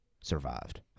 Survived